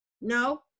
no